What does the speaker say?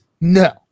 no